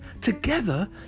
Together